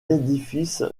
édifice